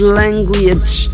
language